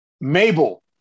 Mabel